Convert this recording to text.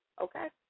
Okay